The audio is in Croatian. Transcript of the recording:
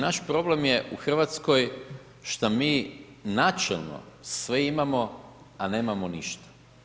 naš problem je u Hrvatskoj što mi načelno sve imamo, a nemamo ništa.